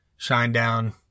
Shinedown